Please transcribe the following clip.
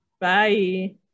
Bye